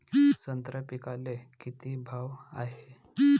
संत्रा पिकाले किती भाव हाये?